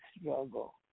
struggle